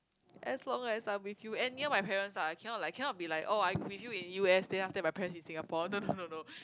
as long as I'm with you and near my parents lah I cannot like I cannot be like oh I'm with you in U_S then after that my parents in Singapore no no no no